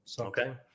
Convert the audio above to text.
Okay